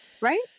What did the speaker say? right